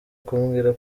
kubwira